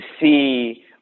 see